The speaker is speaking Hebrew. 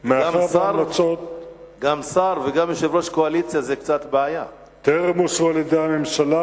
מאחר שהמלצות הוועדה טרם אושרו על-ידי הממשלה,